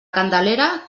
candelera